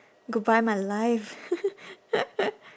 goodbye my life